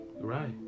Right